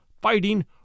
fighting